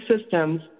systems